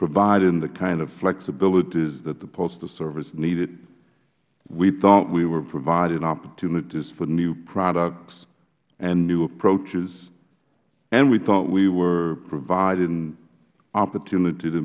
providing the kind of flexibilities that the postal service needed we thought we were providing opportunities for new products and new approaches and we thought we were providing opportunity to